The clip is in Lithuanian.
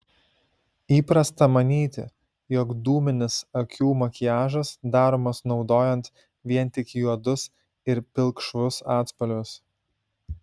įprasta manyti jog dūminis akių makiažas daromas naudojant vien tik juodus ir pilkšvus atspalvius